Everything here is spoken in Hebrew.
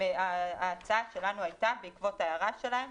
ההצעה שלנו הייתה בעקבות ההערה שלהם.